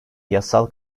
yasal